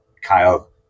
Kyle